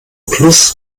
plus